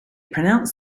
pronounce